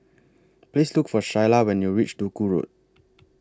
Please Look For Shyla when YOU REACH Duku Road